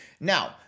Now